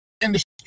industry